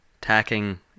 tacking